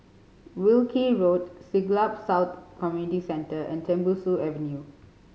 Wilkie Road Siglap South Community Centre and Tembusu Avenue